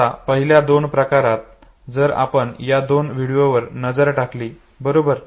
आता पहिल्या दोन प्रकारात जर आपण या दोन व्हिडिओंवर नजर टाकली बरोबर